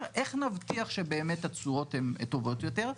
ומקווים שמי שיש לו תשואה הגבוהה ביותר,